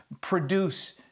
produce